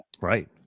Right